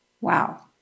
Wow